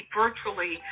virtually